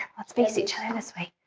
let's face each other this way.